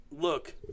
Look